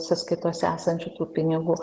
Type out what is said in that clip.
sąskaitose esančių tų pinigų